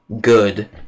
good